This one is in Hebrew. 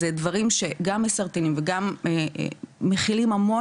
זה דברים שגם מסרטנים וגם מכילים המון